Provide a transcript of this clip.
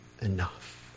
enough